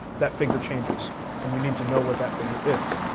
that figure changes and you need to know what that figure is.